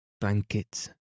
Blankets